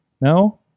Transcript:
No